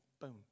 boom